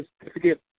certificate